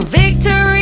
victory